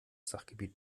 sachgebiet